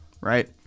right